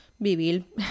Vivir